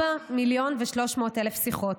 4 מיליון ו-300,000 שיחות.